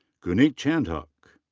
guneet chandhok.